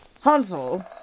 Hansel